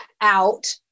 out